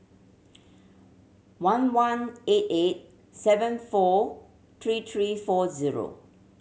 one one eight eight seven four three three four zero